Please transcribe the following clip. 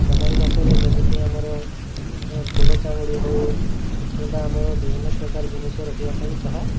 ସବାଇ ଘାସରେ ଯେମିତି ଆମର ଫୁଲ ଚାଙ୍ଗୁଡ଼ି ହଉ କିମ୍ବା ଆମର ବିଭିନ୍ନ ପ୍ରକାର ଜିନିଷ ରଖିବା ପାଇଁ ତାହା